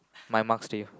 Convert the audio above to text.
my marks to you